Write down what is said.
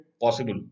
Possible